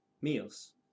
meals